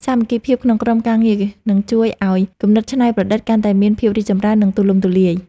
សាមគ្គីភាពក្នុងក្រុមការងារនឹងជួយឱ្យគំនិតច្នៃប្រឌិតកាន់តែមានភាពរីកចម្រើន និង ទូលំទូលាយ។